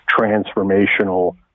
transformational